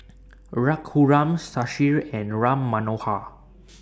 Raghuram Shashi and Ram Manohar